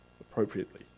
appropriately